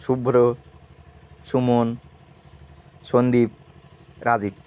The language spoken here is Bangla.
শুভ্র সুমন সন্দীপ রাজীব